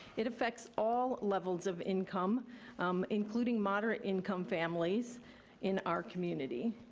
it affects all levels of income including moderate income families in our community.